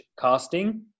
casting